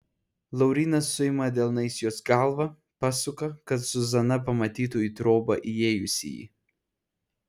laurynas suima delnais jos galvą pasuka kad zuzana pamatytų į trobą įėjusįjį